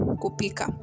kupika